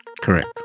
correct